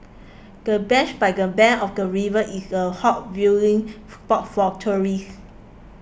the bench by the bank of the river is a hot viewing spot for tourists